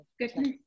Good